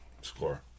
score